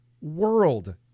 world